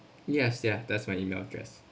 yes ya that's my email address